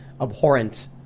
abhorrent